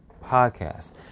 podcast